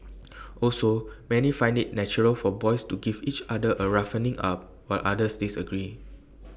also many find IT natural for boys to give each other A roughening up while others disagree